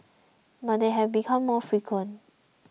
but they have become more frequent